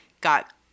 got